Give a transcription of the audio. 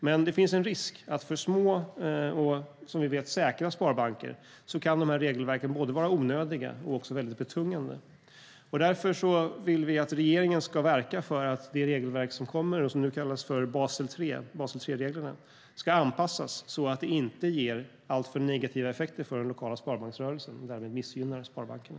Men det finns en risk att för små och, som vi vet, säkra sparkbanker kan de här regelverken både vara onödiga och också väldigt betungande. Därför vill vi att regeringen ska verka för att det regelverk som kommer och som kallas för Basel III-reglerna ska anpassas så att det inte ger alltför negativa effekter för den lokala sparbanksrörelsen och därmed missgynnar sparbankerna.